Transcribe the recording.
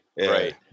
Right